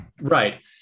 Right